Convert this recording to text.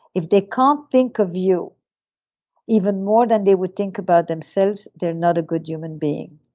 if they can't think of you even more than they would think about themselves, they're not a good human being.